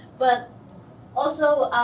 but also,